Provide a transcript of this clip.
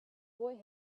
boy